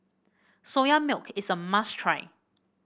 Soya Milk is a must try